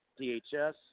DHS